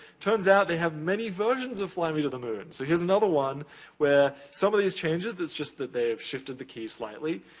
turns out, they have many versions of fly me to the moon. so, here's another one where some of these changes is just that they have shifted the keys slightly.